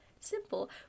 simple